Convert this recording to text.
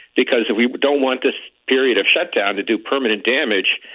because we don't want this period of shutdown to do permanent damage.